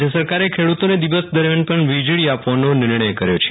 રાજ્ય સરકારે ખેડૂતોને દિવસ દરમિયાન પણ વીજળી આપવાનો નિર્ણય કર્યો છે